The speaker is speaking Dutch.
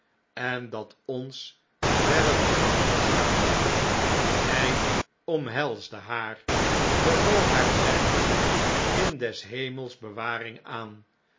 en dat ons verder te wachten staat hij omhelsde haar beval haar plechtig in des hemels bewaring aan